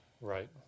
Right